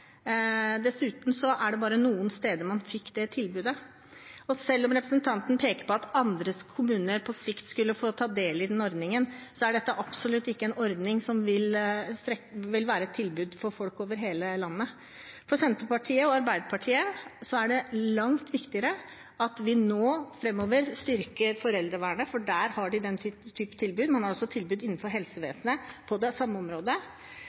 bare noen steder man fikk tilbudet. Selv om representanten peker på at andre kommuner på sikt skulle få ta del i ordningen, er det absolutt ikke en ordning som vil være et tilbud for folk over hele landet. For Senterpartiet og Arbeiderpartiet er det langt viktigere at vi nå framover styrker foreldrevernet, for der har de den typen tilbud. Man har altså tilbud innenfor helsevesenet på det samme området.